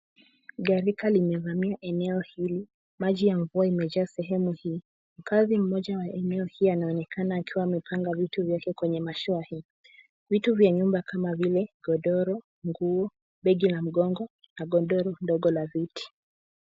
Gharika limezamia eneo hili, maji ya mvua imejaa sehemu hii. Mkaazi mmoja wa eneo hii anaonekana akiwa amepanga vitu vyake kwenye mashua hii. Vitu vya nyumba kama vile godoro, nguo, begi la mgongo na godoro ndogo la viti.